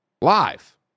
live